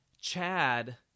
Chad